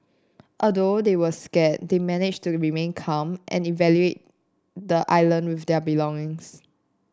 although they were scared they managed to remain calm and evacuate the island with their belongings